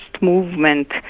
movement